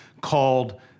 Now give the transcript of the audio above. called